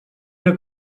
una